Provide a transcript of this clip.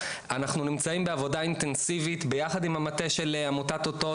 אנחנו נמצאים בעבודה אינטנסיבית ביחד עם המטה של עמותת אותות,